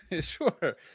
Sure